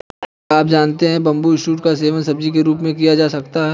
क्या आप जानते है बम्बू शूट्स का सेवन सब्जी के रूप में किया जा सकता है?